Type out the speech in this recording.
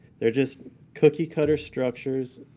they're just cookie cutter structures.